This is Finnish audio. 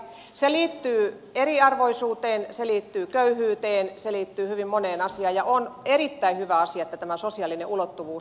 se liittyy eriarvoisuuteen se liittyy köyhyyteen se liittyy hyvin moneen asiaan ja on erittäin hyvä asia että tämä sosiaalinen ulottuvuus nyt siellä tulee